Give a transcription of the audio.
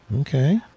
okay